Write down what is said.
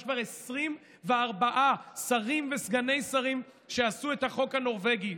יש כבר 24 שרים וסגני שרים שעשו את החוק הנורבגי.